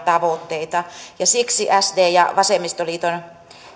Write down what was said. tavoitteita ja siksi sdn ja vasemmistoliiton